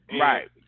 Right